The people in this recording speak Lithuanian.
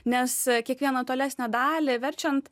nes kiekvieną tolesnę dalį verčiant